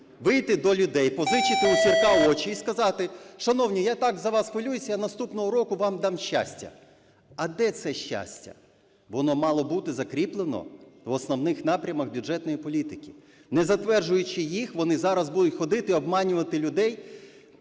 вийти до людей, позичити у Сірка очі, і сказати, шановні, я так за вас хвилююся я наступного року вам дам щастя. А де це щастя? Воно мало бути закріплено в основних напрямах бюджетної політики. Не затверджуючи їх, вони зараз будуть ходити обманювати людей